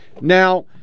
Now